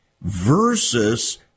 versus